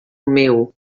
meu